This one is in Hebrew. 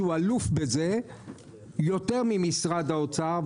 שטוב בזה יותר מאשר משרד האוצר.